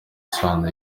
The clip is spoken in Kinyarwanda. isano